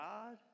God